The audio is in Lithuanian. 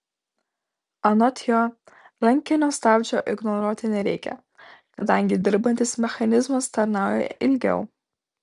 anot jo rankinio stabdžio ignoruoti nereikia kadangi dirbantis mechanizmas tarnauja ilgiau